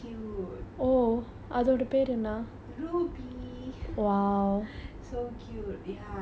so cute ya அதோட:athoda breed என்ன எல்லாம் எனக்கு ஞாபகம் இல்லே:enna ellaam enakku ngabakam illae actually I really don't know lah